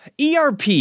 ERP